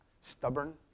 stubborn